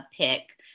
pick